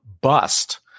bust